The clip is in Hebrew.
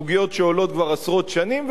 סוגיות שעולות כבר עשרות שנים,